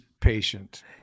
patient